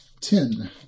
ten